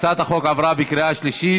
החוק עבר בקריאה שלישית